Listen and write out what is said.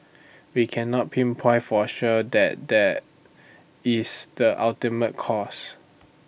we cannot pinpoint for sure that that is the ultimate cause